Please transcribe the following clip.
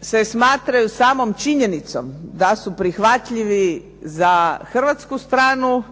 se smatraju samom činjenicom da su prihvatljivi za hrvatsku stranu,